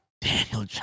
Daniel